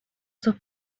sus